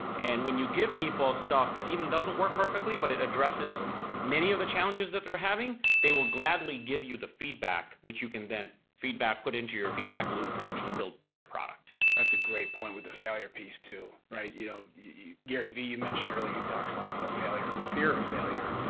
and when you give people stuff that even doesn't work perfectly but it addresses many of the challenges that they're having, they will gladly give you the feedback which you can then feedback, put into your feedback loop and actually build better product. that's a great point with the failure piece too. you know gary vee you mentioned earlier, talks a lot about failure and the fear of failure.